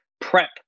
prep